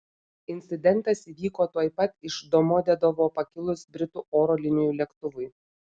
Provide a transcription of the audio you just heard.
incidentas įvyko tuoj pat iš domodedovo pakilus britų oro linijų lėktuvui